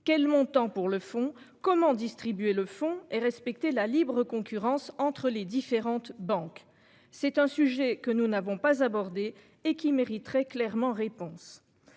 quel montant pour le fond comment distribuer le fond et respecter la libre concurrence entre les différentes banques, c'est un sujet que nous n'avons pas abordé et qui mériterait clairement réponse.